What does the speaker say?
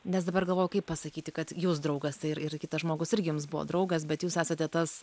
nes dabar galvoju kaip pasakyti kad jūs draugas tai ir ir kitas žmogus ir jiems buvo draugas bet jūs esate tas